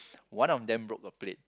one of them broke a plate